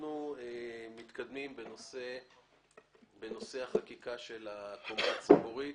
מתקדמים בנושא החקיקה של הקומה הציבורית.